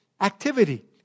activity